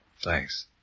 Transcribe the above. Thanks